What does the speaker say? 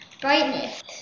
brightness